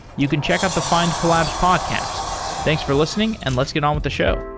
you can check out the findcollabs podcast. thanks for listening, and let's get on with the show.